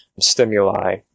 stimuli